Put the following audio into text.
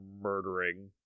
murdering